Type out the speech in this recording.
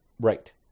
right